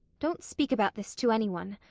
don't speak about this to any one.